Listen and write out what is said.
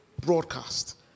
broadcast